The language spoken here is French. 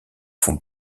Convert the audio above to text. font